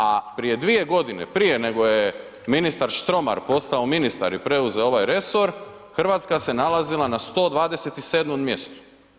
A prije dvije godine prije nego je ministar Štromar postao ministar i preuzeo ovaj resor, Hrvatska se nalazila na 127. mjestu.